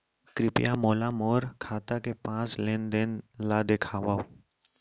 कृपया मोला मोर खाता के पाँच लेन देन ला देखवाव